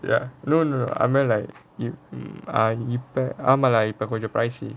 ya no no I meant like if um இப்போ ஆமால இப்போ கொஞ்சம்:ippo aamaala ippo konjam pricey